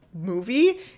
movie